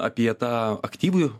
apie tą aktyvųjį